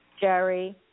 Jerry